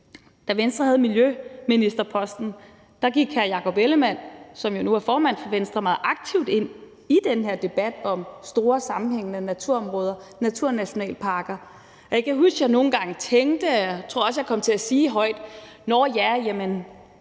da Venstre havde miljøministerposten, gik hr. Jakob Ellemann-Jensen, som jo nu er formand for Venstre, meget aktivt ind i den her debat om store sammenhængende naturområder, naturnationalparker. Og jeg kan huske, at jeg nogle gange tænke – og jeg tror også, at jeg kom til at sige det højt – at nå ja, jamen